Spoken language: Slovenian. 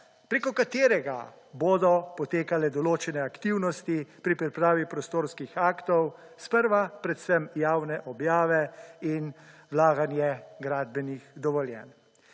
preko katerega bodo potekale določene aktivnosti pri pravi prostorskih aktov s prva predvsem javne objave in vlaganje gradbenih dovoljenj.